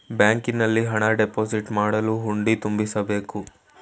ಬ್ಯಾಂಕಿನಲ್ಲಿ ಹಣ ಡೆಪೋಸಿಟ್ ಮಾಡಲು ಹುಂಡಿ ತುಂಬಿಸಬೇಕು